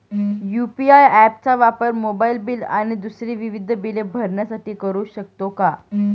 UPI app चा वापर mobile bill आणि दुसरी विविध बिले भरण्यासाठी करू शकतो का?